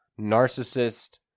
narcissist